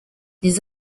les